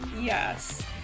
yes